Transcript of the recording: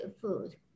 food